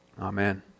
Amen